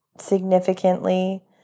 significantly